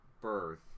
birth